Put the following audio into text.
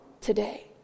today